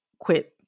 quit